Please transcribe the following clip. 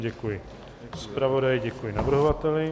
Děkuji zpravodaji, děkuji navrhovateli.